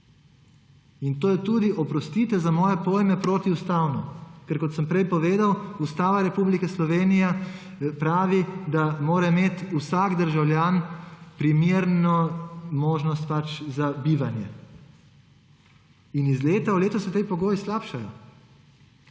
to je tudi, oprostite, za moje pojme protiustavno. Ker kot sem prej povedal, Ustava Republike Slovenije pravi, da mora imeti vsak državljan primerno možnost za bivanje. Iz leta v leto se ti pogoji slabšajo.